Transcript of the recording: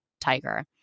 tiger